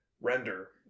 render